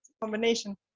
combination